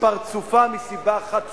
בפרצופה, מסיבה אחת פשוטה.